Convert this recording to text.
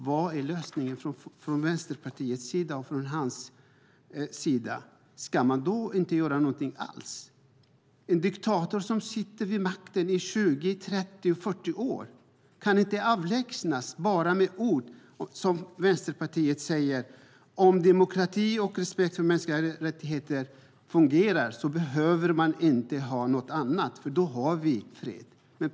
Vad är lösningen från Vänsterpartiets och Hans Lindes sida? Ska man inte göra någonting alls? En diktator som sitter vid makten i 20, 30, 40 år kan inte avlägsnas med bara ord. Vänsterpartiet säger att om demokrati och respekt för mänskliga rättigheter fungerar behöver man inte ha något annat, för då har vi fred.